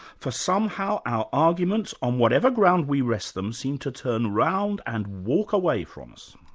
for somehow our arguments, on whatever ground we rest them, seem to turn round and walk away from us.